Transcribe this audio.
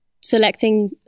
selecting